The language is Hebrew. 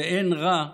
ואין רע באמת.